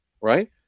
Right